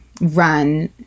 run